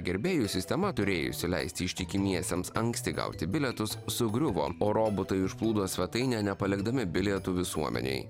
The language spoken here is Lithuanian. gerbėjų sistema turėjusi leisti ištikimiesiems anksti gauti bilietus sugriuvo o robotai užplūdo svetainę nepalikdami bilietų visuomenei